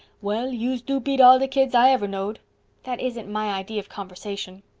well, yous do beat all de kids i ever knowed that isn't my idea of conversation.